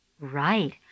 Right